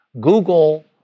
Google